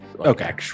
okay